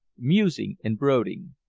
musing and brooding.